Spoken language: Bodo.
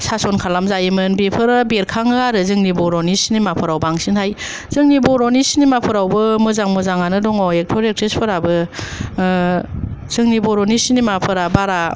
सासन खालाम जायोमोन बेफोरो बेरखाङो आरो जोंनि बर'नि सिनिमा फोराव बांसिनहाय जोंनि बर'नि सिनिमा फोरावबो मोजां मोजाङानो दङ एक्टर एकट्रिस फोराबो जोंनि बर'नि सिनिमा फोरा बारा